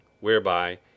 whereby